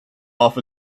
off